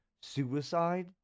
suicide